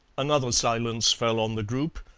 another silence fell on the group,